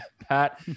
Pat